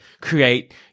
create